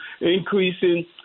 increasing